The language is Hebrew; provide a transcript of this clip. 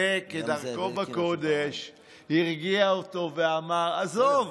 וכדרכו בקודש הרגיע אותו ואמר: עזוב,